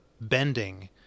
bending